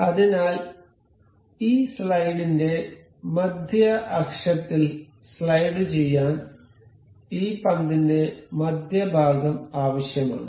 അതിനാൽ ഈ സ്ലൈഡിന്റെ മധ്യ അക്ഷത്തിൽ സ്ലൈഡുചെയ്യാൻ ഈ പന്തിന്റെ മധ്യഭാഗം ആവശ്യമാണ്